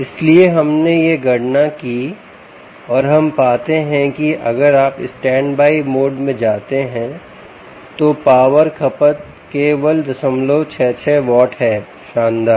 इसलिए हमने यह गणना की और हम पाते हैं कि अगर आप स्टैंडबाय मोड में जाते हैं तो पावर खपत केवल 066 वाट हैं शानदार